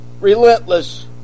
relentless